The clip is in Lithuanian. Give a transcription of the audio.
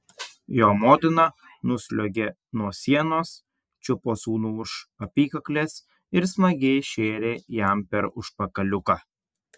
jo motina nusliuogė nuo sienos čiupo sūnų už apykaklės ir smagiai šėrė jam per užpakaliuką